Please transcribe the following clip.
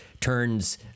turns